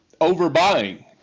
overbuying